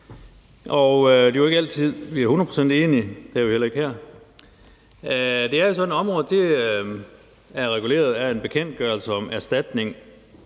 Det er jo ikke altid, vi er hundrede procent enige, det er vi heller ikke her. Det er sådan, at området er reguleret af en bekendtgørelse om erstatning